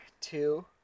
two